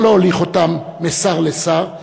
לא להוליך אותם משר לשר,